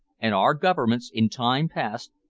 and our governments, in time past,